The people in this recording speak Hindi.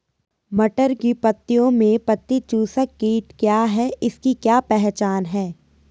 मटर की पत्तियों में पत्ती चूसक कीट क्या है इसकी क्या पहचान है?